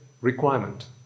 requirement